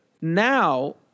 Now –